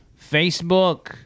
Facebook